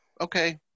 okay